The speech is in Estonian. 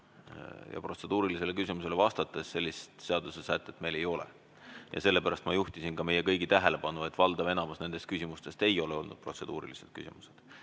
Protseduurilisele küsimusele vastates: sellist seadusesätet meil ei ole. Sellepärast ma juhtisin ka meie kõigi tähelepanu sellele, et valdav osa nendest küsimustest ei ole olnud protseduurilised küsimused.